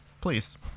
Please